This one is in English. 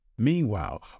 Meanwhile